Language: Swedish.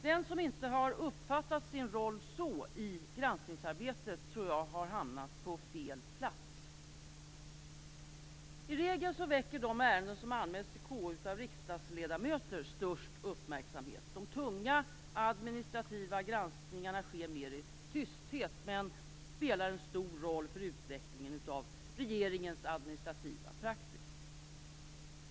Den som inte har uppfattat sin roll så i granskningsarbetet tror jag har hamnat på fel plats. I regel väcker de ärenden som anmäls till KU av riksdagsledamöter störst uppmärksamhet. De tunga administrativa granskningarna sker mer i tysthet, men spelar en stor roll för utvecklingen av regeringens administrativa praxis.